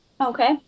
Okay